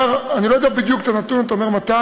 מדובר, אני לא יודע בדיוק את הנתון, אתה אומר 200,